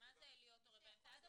להיות הורה באמצע.